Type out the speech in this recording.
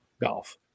golf